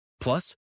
Plus